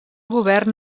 govern